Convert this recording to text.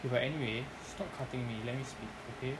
okay but anyway stop cutting me let me speak okay